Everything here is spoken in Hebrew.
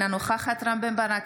אינה נוכחת רם בן ברק,